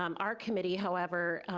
um our committee, however,